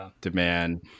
demand